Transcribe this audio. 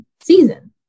season